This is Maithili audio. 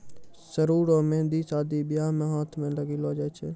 सरु रो मेंहदी शादी बियाह मे हाथ मे लगैलो जाय छै